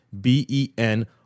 B-E-N